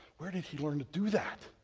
where did he learn to do that,